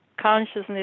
consciousness